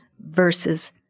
versus